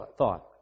thought